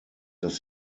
dass